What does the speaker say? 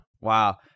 Wow